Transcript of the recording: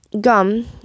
gum